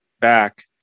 back